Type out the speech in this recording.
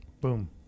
Boom